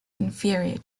inferior